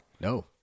No